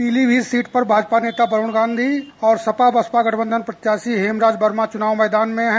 Pilibhit seat पर भाजपा नेता वरूण गांधी और सपा बसपा गठबंधन प्रत्याशी हेमराज वर्मा चुनाव मैदान में हैं